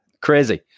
Crazy